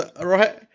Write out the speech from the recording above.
right